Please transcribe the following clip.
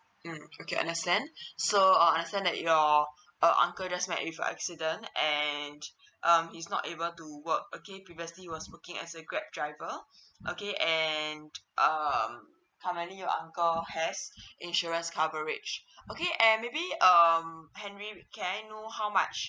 mm okay understand so uh understand that you're uh uncle just met with an accident and um he is not able to work okay previously was working as a grab driver okay and um how many your uncle has insurance coverage okay and maybe um henry can I know how much